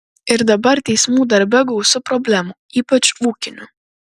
ir dabar teismų darbe gausu problemų ypač ūkinių